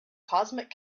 cosmic